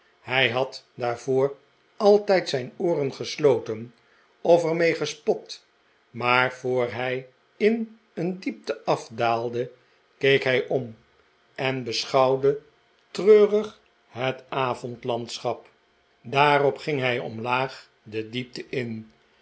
hij had daarvoor altijd zijn ooren gesloten of er mee gespot maar voor hij in een diepte afdaalde keek hij om en beschouwde treurig het avondlandschap daarop ging hij maarten chuzzlewit omlaag de diepte in